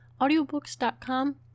Audiobooks.com